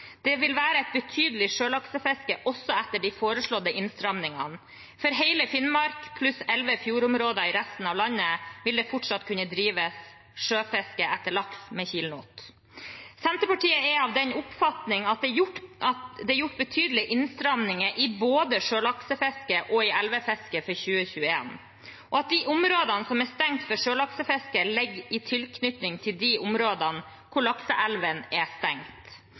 Det vil være et betydelig sjølaksefiske også etter de foreslåtte innstrammingene. For hele Finnmark pluss elleve fjordområder i resten av landet vil det fortsatt kunne drives sjøfiske etter laks med kilenot. Senterpartiet er av den oppfatning at det er gjort betydelige innstramminger i både sjølaksefisket og elvefisket for 2021, og at de områdene som er stengt for sjølaksefiske, ligger i tilknytning til de områdene hvor lakseelvene er stengt.